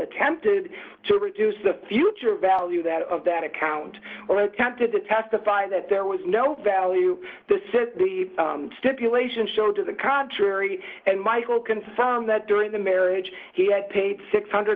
attempted to reduce the future value that of that account or attempted to testify that there was no value the stipulation showed to the contrary and michael concerned that during the marriage he had paid six hundred